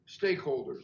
stakeholders